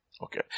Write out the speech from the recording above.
Okay